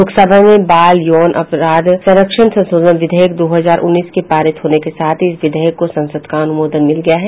लोकसभा में बाल यौन अपराध संरक्षण संशोधन विधेयक दो हजार उन्नीस के पारित होने के साथ ही इस विधेयक को संसद का अनुमोदन मिल गया है